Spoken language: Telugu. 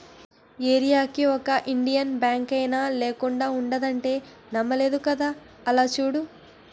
ఏరీయాకి ఒక ఇండియన్ బాంకైనా లేకుండా ఉండదంటే నమ్మలేదు కదా అలా చూడు